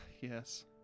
yes